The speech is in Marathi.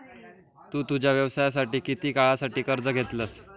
तु तुझ्या व्यवसायासाठी किती काळासाठी कर्ज घेतलंस?